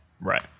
Right